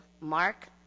Mark